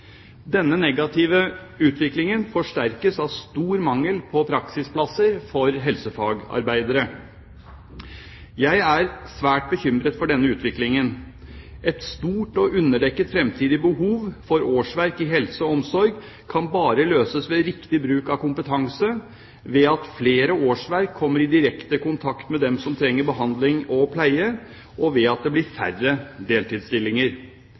Denne negative utviklingen forsterkes av stor mangel på praksisplasser for helsefagarbeidere. Jeg er svært bekymret for denne utviklingen. Et stort og underdekket fremtidig behov for årsverk i helse- og omsorgssektoren kan bare løses ved riktig bruk av kompetanse, ved at flere årsverk kommer i direkte kontakt med dem som trenger behandling og pleie, og ved at det blir færre deltidsstillinger.